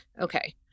Okay